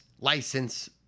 license